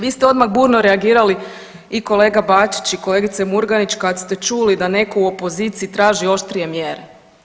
Vi ste odmah burno reagirali i kolega Bačić i kolegice Murganić kad ste čuli da netko u opoziciji traži oštrije mjere.